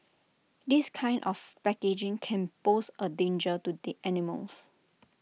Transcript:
this kind of packaging can pose A danger to the animals